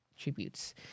tributes